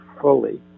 fully